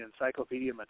encyclopedia